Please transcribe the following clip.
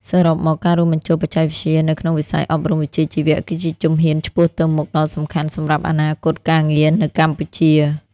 សរុបមក ការរួមបញ្ចូលបច្ចេកវិទ្យានៅក្នុងវិស័យអប់រំវិជ្ជាជីវៈគឺជាជំហានឆ្ពោះទៅមុខដ៏សំខាន់សម្រាប់អនាគតការងារនៅកម្ពុជា។